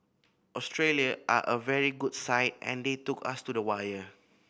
Australia are a very good side and they took us to the wire